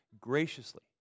Graciously